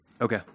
Okay